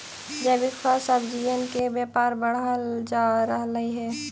जैविक फल सब्जियन के व्यापार बढ़ल जा रहलई हे